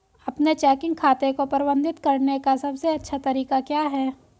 अपने चेकिंग खाते को प्रबंधित करने का सबसे अच्छा तरीका क्या है?